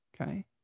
okay